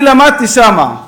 אני למדתי שם.